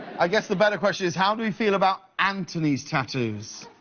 i guess the better question is how do you feel about antony's tattoos?